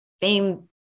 fame